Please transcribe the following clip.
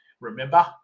Remember